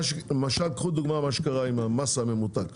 למשל תיקחו דוגמה ממה שקרה עם המס הממותק.